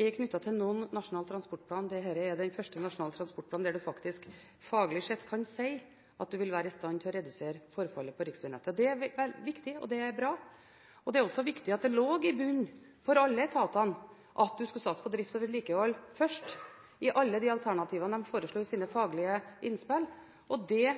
til noen Nasjonal transportplan. Dette er den første nasjonale transportplanen der man faglig sett kan si at man vil være i stand til å redusere forfallet på riksvegnettet. Det er viktig, og det er bra. Det er også viktig at det lå i bunnen for alle etatene at man skulle satse på drift og vedlikehold først – i alle de alternativene de foreslo i sine faglige innspill. Det